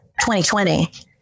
2020